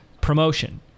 promotion